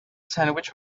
sandwich